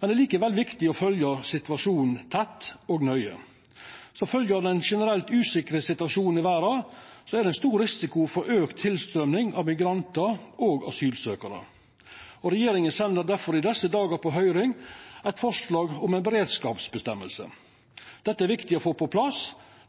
men det er likevel viktig å følgja situasjonen tett og nøye. Som følgje av den generelt usikre situasjonen i verda er det stor risiko for auka tilstrøyming av migrantar og asylsøkjarar. Regjeringa sender difor i desse dagar på høyring eit forslag om ein beredskapsnorm. Dette er viktig å få på plass